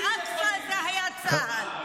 אל-אקצא זה היה צעד,